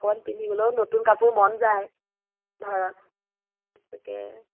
অকণমান পিন্ধিবলৈও নতুন কাপোৰ মন যায় ভাল তাকে